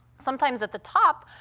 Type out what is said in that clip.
sometimes, at the top,